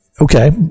Okay